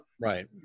Right